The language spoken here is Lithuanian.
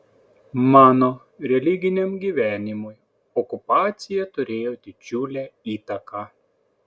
mano religiniam gyvenimui okupacija turėjo didžiulę įtaką